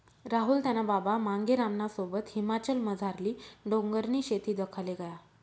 राहुल त्याना बाबा मांगेरामना सोबत हिमाचलमझारली डोंगरनी शेती दखाले गया